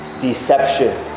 deception